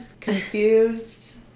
confused